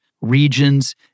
regions